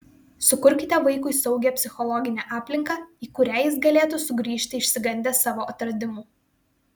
sukurkite vaikui saugią psichologinę aplinką į kurią jis galėtų sugrįžti išsigandęs savo atradimų